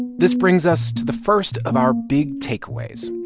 this brings us to the first of our big takeaways.